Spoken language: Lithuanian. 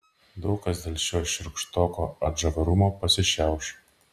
daug kas dėl šio šiurkštoko atžarumo pasišiauš